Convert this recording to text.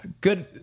Good